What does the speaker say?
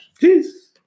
Peace